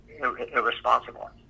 irresponsible